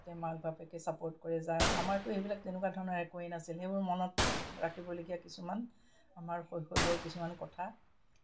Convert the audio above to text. তাতে মাক বাপেকে ছাপোৰ্ট কৰে যায় আমাৰতো সেইবিলাক তেনেকুৱা ধৰণৰ একোৱেই নাছিল সেইবোৰ মনত ৰাখিবলগীয়া কিছুমান আমাৰ শৈশৱৰ কিছুমান কথা